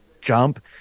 jump